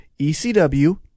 ECW